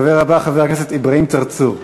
הדובר הבא, חבר הכנסת אברהים צרצור.